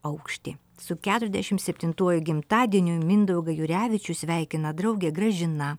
aukštį su keturiasdešim septintuoju gimtadieniu mindaugą jurevičių sveikina draugė gražina